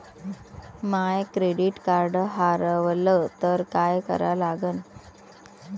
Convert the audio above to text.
माय credit card हारवलं तर काय करा लागन?